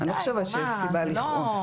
אני לא חושבת שיש סיבה לכעוס.